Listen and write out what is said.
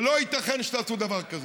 לא ייתכן שתעשו דבר כזה.